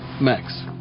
Max